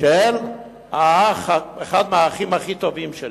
היא אלמנה של אחד מהאחים הכי טובים שלי.